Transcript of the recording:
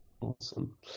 Awesome